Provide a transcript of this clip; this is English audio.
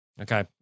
Okay